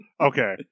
Okay